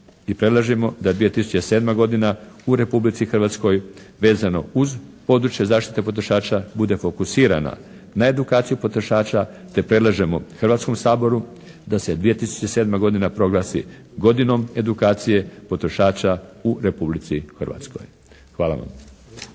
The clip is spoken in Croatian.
i predlažemo da 2007. godina u Republici Hrvatskoj vezano uz područje zaštite potrošača bude fokusirana na edukaciju potrošača te predlažemo Hrvatskom saboru da se 2007. godina proglasi "godinom edukacije potrošača u Republici Hrvatskoj". Hvala vam.